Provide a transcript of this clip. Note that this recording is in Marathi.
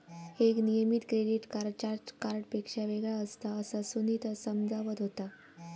एक नियमित क्रेडिट कार्ड चार्ज कार्डपेक्षा वेगळा असता, असा सुनीता समजावत होता